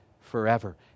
forever